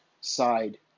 side